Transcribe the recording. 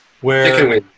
where-